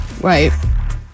Right